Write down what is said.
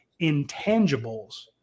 intangibles